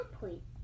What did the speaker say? point